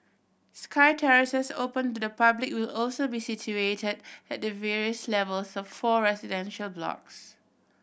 sky terraces open to the public will also be situated at the various levels of four residential blocks